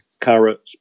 carrots